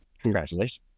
Congratulations